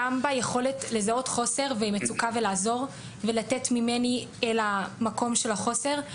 גם ביכולת לזהות חוסר ומצוקה ולעזור ולתת ממני למקום של החוסר.